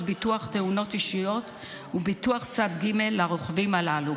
ביטוח תאונות אישיות וביטוח צד ג' לרוכבים הללו.